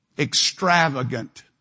extravagant